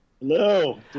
hello